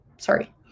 sorry